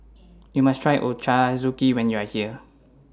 YOU must Try Ochazuke when YOU Are here